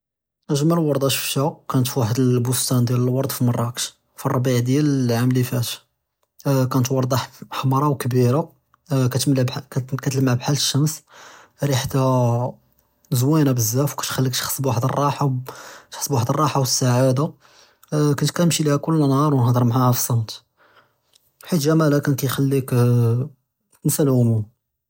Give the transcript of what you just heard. אַגְמַל וֹרְדָה שְׁפְּתְהָ כָּאנְת פוּחַד אֶלְבּוּסְתָּאן דִּיַאל אֶלְוַרְד פִּמְרַאקֵּש פִּלרְבִּיע דִּיַאל אֶלְעָאם לִיפַאת אַה כָּאנְת וֹרְדָה חַא חַמְרָא וְכְּבִּירָה אַה כַּאתְמְלִי בְּחַאל כִּת כַּאתְלַמְע בְּחַאל אֶשְׁשֶּמְשׁ רֵיחְתְהָ אַה אַה זְוִינָה בְּזַאף וְכַאתְכַלּِיך תְּחִס וְאֶלְרָاحָה תְּחִס בוּחַד אֶלְרָاحָה וְאֶסְעָדָה כְּנְת כַּאנְמְשִׁי לְהָא כֹּל נְהָאר וְגַאנְהְדַר מְעָהָא פְּסַמְת חִית גְ'מָאלְהָ כַּايְכַלִּיך אַה אַה תִּנְסَى אֶלְהֻּמוּם.